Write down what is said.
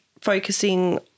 focusing